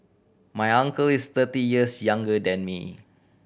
my uncle is thirty years younger than me